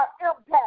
impact